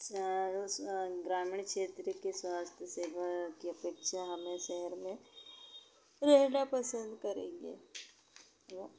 सारा स और ग्रामीण क्षेत्र के स्वास्थ्य सेवा की अपेक्षा हमें शहर में रहना पसंद करेंगे व